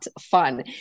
fun